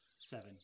Seven